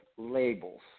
labels